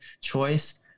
choice